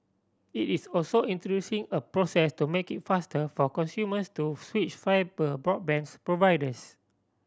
it is also introducing a process to make it faster for consumers to switch fibre broadband providers